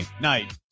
night